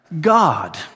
God